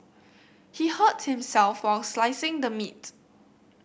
he hurt himself while slicing the meat